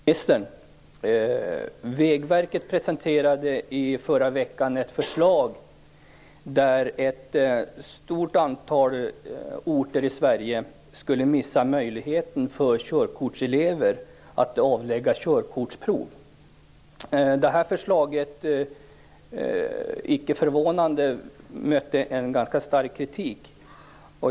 Fru talman! Jag har en fråga till kommunikationsministern. Vägverket presenterade i förra veckan ett förslag där ett stort antal orter i Sverige skulle mista möjligheten för körkortselever att avlägga körkortsprov. Det här förslaget mötte, inte förvånande, en ganska stark kritik.